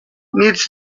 nits